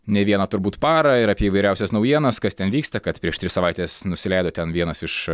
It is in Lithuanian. ne vieną turbūt parą ir apie įvairiausias naujienas kas ten vyksta kad prieš tris savaites nusileido ten vienas iš